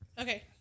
Okay